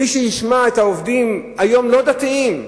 מי שישמע את העובדים היום, לא דתיים,